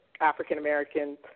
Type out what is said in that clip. African-Americans